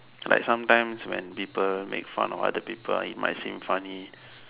like sometimes when people make fun of other people it might seem funny